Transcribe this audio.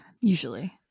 usually